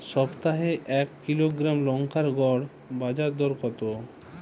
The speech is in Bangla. সপ্তাহে এক কিলোগ্রাম লঙ্কার গড় বাজার দর কতো?